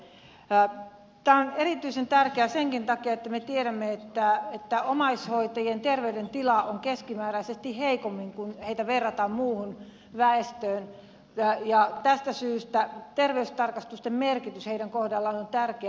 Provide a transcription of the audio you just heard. tämä on erityisen tärkeää senkin takia että me tiedämme että omaishoitajien terveydentila on keskimääräisesti heikompi kun heitä verrataan muuhun väestöön ja tästä syystä terveystarkastusten merkitys heidän kohdallaan on tärkeä